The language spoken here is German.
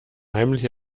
heimlich